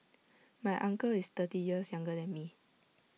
my uncle is thirty years younger than me